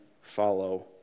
follow